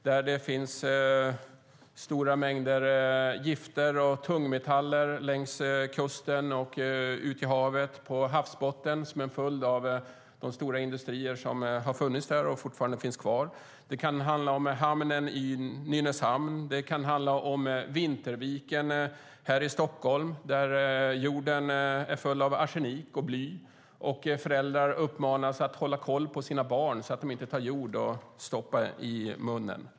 Det finns stora mängder gifter och tungmetaller längs kusten och på havsbottnen som en följd av de stora industrier som funnits och fortfarande finns där. Det kan handla om hamnen i Nynäshamn. Det kan handla om Vinterviken i Stockholm. Där är jorden full av arsenik och bly, och föräldrar uppmanas att hålla koll på sina barn så att de inte stoppar jord i munnen.